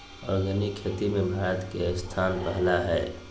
organic खेती में भारत के स्थान पहिला हइ